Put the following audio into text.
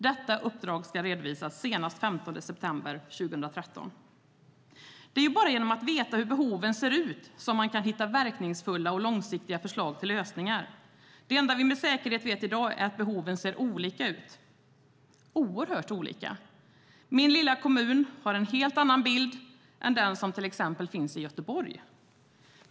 Detta uppdrag ska redovisas senast den 15 september 2013. Det är bara genom att veta hur behoven ser ut som man kan hitta verkningsfulla och långsiktiga förslag till lösningar. Det enda vi med säkerhet vet i dag är att behoven ser olika ut - oerhört olika. Min lilla hemkommun har en helt annan bild än den som finns i till exempel Göteborg.